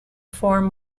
form